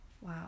wow